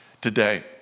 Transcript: today